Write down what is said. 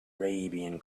arabian